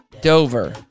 Dover